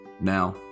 Now